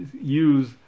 use